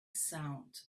sound